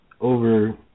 over